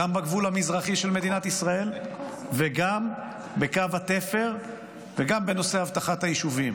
גם בגבול המזרחי של מדינת ישראל וגם בקו התפר וגם בנושא אבטחת היישובים.